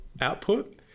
output